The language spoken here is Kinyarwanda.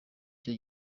icyo